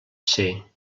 ser